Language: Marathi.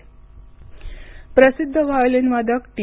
निधन प्रसिद्ध व्हायोलिनवादक टी